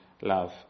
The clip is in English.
love